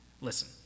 listen